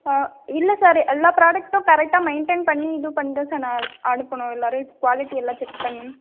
இல்லை சார் எல்லா ப்ராடெக்ட்டும் கரெக்டாக மெயின்டைன் பண்ணி இது பண்ணிதான் சார் நான் அனுப்பணும் எல்லாேரும் குவாலிட்டியெல்லாம் செக் பண்ணி